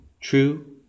true